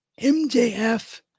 MJF